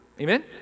Amen